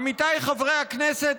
עמיתיי חברי הכנסת,